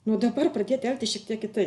nuo dabar pradėti elgtis šiek tiek kitaip